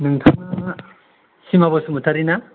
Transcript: नोंथाङा सिमा बसुमतारि ना